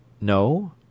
No